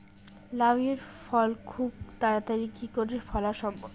লাউ এর ফল খুব তাড়াতাড়ি কি করে ফলা সম্ভব?